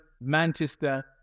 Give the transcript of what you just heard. Manchester